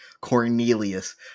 Cornelius